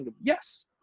Yes